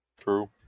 True